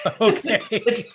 Okay